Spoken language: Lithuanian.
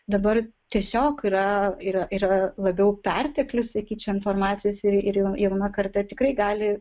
dabar tiesiog yra yra yra labiau perteklius keičia informacijos ir jauna karta tikrai gali